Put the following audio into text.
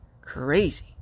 crazy